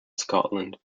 scotland